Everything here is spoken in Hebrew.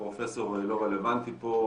הפרופסור לא רלוונטי פה,